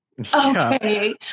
okay